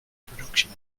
production